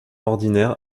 ordinaire